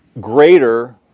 greater